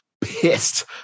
pissed